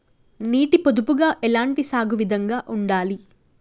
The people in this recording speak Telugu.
నీటి పొదుపుగా ఎలాంటి సాగు విధంగా ఉండాలి?